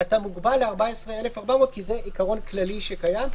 אתה מוגבל ל-14,400 כי זה עיקרון כללי שקיים.